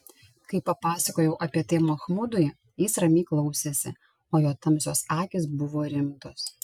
kai papasakojau apie tai machmudui jis ramiai klausėsi o jo tamsios akys buvo rimtos